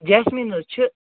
jasmine حظ چھِ